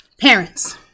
parents